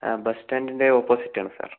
ആ ബസ്റ്റാന്റിൻ്റെ ഓപ്പോസിറ്റാണ് സാർ